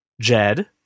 Jed